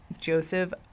joseph